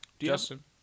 Justin